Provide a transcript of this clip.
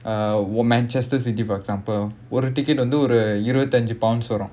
uh manchester city for example ஒரு:oru ticket வந்து ஒரு இருபத்தஞ்சு:vandhu oru irubathanju pounds வரும்:varum